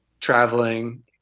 traveling